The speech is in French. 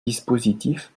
dispositif